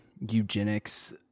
eugenics